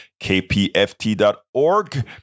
kpft.org